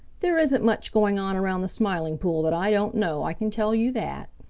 there isn't much going on around the smiling pool that i don't know, i can tell you that.